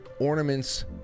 ornaments